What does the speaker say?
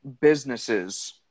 businesses